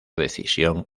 decisión